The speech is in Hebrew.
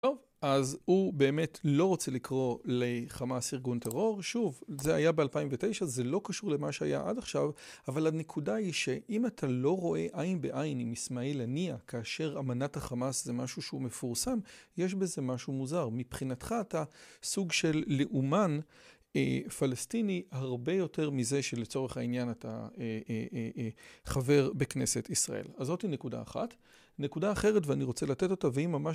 טוב, אז הוא באמת לא רוצה לקרוא לחמאס ארגון טרור. שוב, זה היה ב-2009, זה לא קשור למה שהיה עד עכשיו, אבל הנקודה היא שאם אתה לא רואה עין בעין עם ישמעאל עניה, כאשר אמנת החמאס זה משהו שהוא מפורסם, יש בזה משהו מוזר. מבחינתך אתה סוג של לאומן פלסטיני, הרבה יותר מזה שלצורך העניין אתה חבר בכנסת ישראל. אז זאת נקודה אחת. נקודה אחרת, ואני רוצה לתת אותה, והיא ממש...